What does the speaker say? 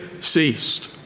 ceased